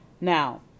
Now